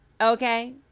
okay